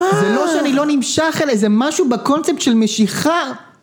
זה לא שאני לא נמשך אליה, זה משהו בקונצפט של משיכה!